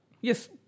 Yes